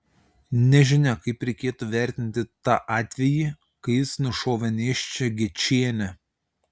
nežinia kaip reikėtų vertinti tą atvejį kai jis nušovė nėščią gečienę